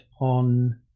on